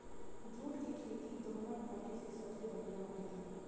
जुट के खेती दोहमट माटी मे सबसे बढ़िया होखेला